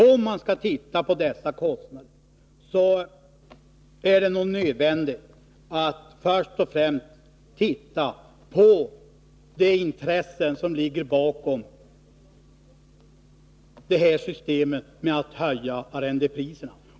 Om man skall ta itu med dessa kostnader är det nog nödvändigt att först och främst titta på de intressen som ligger bakom systemet att höja arrendepriserna.